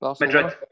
Madrid